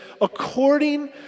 according